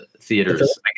theaters